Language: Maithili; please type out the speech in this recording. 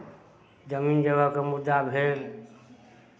जमीन जगहके मुद्दा भेल